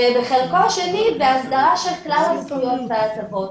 ובחלקו השני בהסדרה של כלל הזכויות וההטבות.